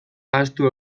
ahaztu